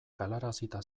galarazita